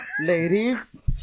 ladies